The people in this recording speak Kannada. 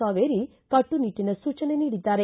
ಕಾವೇರಿ ಕಟ್ಟುನಿಟ್ಟಿನ ಸೂಚನೆ ನೀಡಿದ್ದಾರೆ